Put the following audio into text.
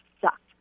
sucked